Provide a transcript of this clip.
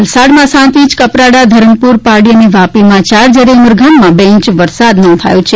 વલસાડમાં સાત ઈંચ કપરાડા ધરમપુર પારડી અને વાપીમામં ચાર જ્યારે ઉમરગામમાં બે ઈંચ વરસાદ નોંધાયો છે